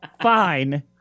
Fine